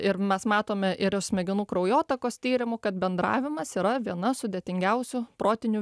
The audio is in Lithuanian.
ir mes matome ir iš smegenų kraujotakos tyrimų kad bendravimas yra viena sudėtingiausių protinių